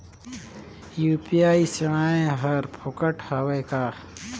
UPI सेवाएं हर फोकट हवय का?